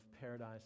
Paradise